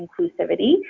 inclusivity